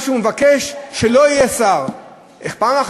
מה שהוא מבקש, שלא יהיה שר.